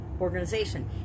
organization